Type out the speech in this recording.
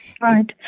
Right